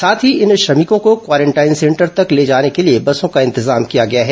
साथ ही इन श्रमिकों को क्वारेंटाइन सेंटर तक ले जाने के लिए बसों का इंतजाम किया गया है